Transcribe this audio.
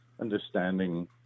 understanding